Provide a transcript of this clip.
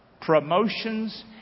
promotions